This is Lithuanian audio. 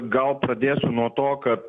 gal pradėsiu nuo to kad